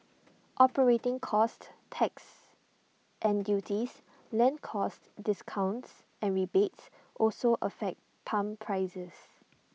operating costs taxes and duties land costs discounts and rebates also affect pump prices